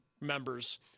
members